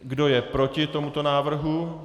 Kdo je proti tomuto návrhu?